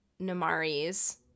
Namari's